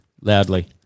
loudly